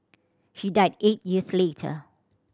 he died eight years later